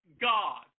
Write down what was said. God